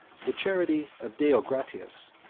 the charity of deogratias,